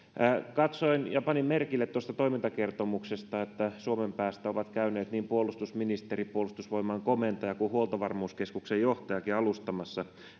katsoin ja panin merkille tuosta toimintakertomuksesta että suomen päästä ovat käyneet niin puolustusministeri puolustusvoimain komentaja kuin huoltovarmuuskeskuksen johtaja alustamassa